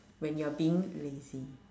when you're being lazy